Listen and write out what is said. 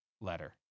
letter